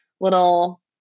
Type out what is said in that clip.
little